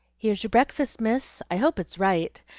here's your breakfast, miss. i hope it's right.